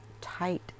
tight